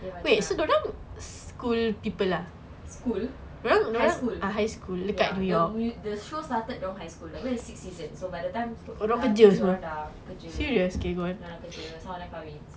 so macam school high school ya dekat ya the show started dia orang high school that means it's high school season so by the time case dia orang dah kerja dia orang dah kerja some of them kahwin so